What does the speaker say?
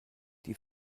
die